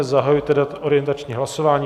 Zahajuji tedy orientační hlasování.